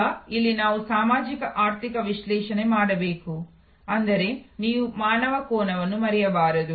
ಈಗ ಇಲ್ಲಿ ನಾವು ಸಾಮಾಜಿಕ ಆರ್ಥಿಕ ವಿಶ್ಲೇಷಣೆ ಮಾಡಬೇಕು ಅಂದರೆ ನೀವು ಮಾನವ ಕೋನವನ್ನು ಮರೆಯಬಾರದು